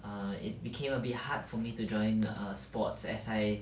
err it became a bit hard for me to join err sports as I